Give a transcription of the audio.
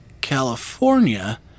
California